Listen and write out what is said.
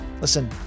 listen